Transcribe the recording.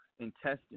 Intestine